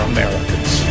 Americans